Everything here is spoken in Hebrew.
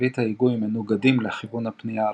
וזווית ההיגוי מנוגדים לכיוון הפנייה הרצוי,